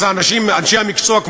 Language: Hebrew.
אז אנשי המקצוע במשרדו,